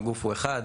לגוף שהוא אחד.